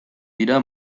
dira